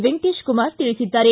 ವೆಂಕಟೇಶ ಕುಮಾರ್ ತಿಳಿಸಿದ್ದಾರೆ